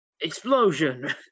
Explosion